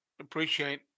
appreciate